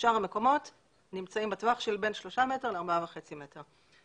שאר המקומות נמצאים בטווח של 3 מטר ל-4.5 מטר.